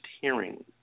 hearing